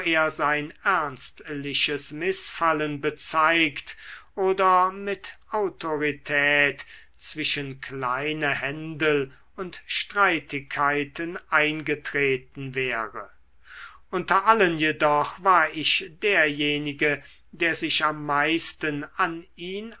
er sein ernstliches mißfallen bezeigt oder mit autorität zwischen kleine händel und streitigkeiten eingetreten wäre unter allen jedoch war ich derjenige der sich am meisten an ihn